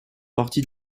partie